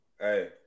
Hey